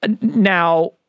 now